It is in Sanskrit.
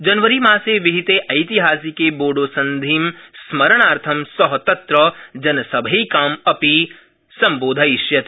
जनवरीमासे विहिते ऐतिहासिके बोडोसन्धिं स्मरणार्थ स तत्र जनसभैका अपि संबोधयिष्यति